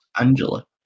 Angela